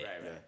right